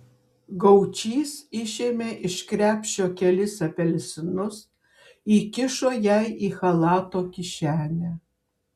gaučys išėmė iš krepšio kelis apelsinus įkišo jai į chalato kišenę